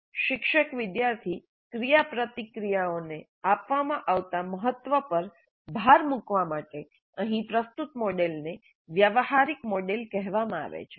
શિક્ષક વિદ્યાર્થી ક્રિયાપ્રતિક્રિયાઓને આપવામાં આવતા મહત્વ પર ભાર મૂકવા માટે અહીં પ્રસ્તુત મોડેલને વ્યવહારિક મોડેલ કહેવામાં આવે છે